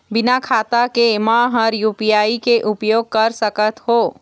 बिना खाता के म हर यू.पी.आई के उपयोग कर सकत हो?